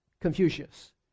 Confucius